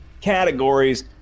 categories